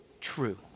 true